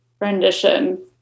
rendition